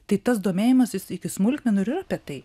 tai tas domėjimasis iki smulkmenų ir yra apie tai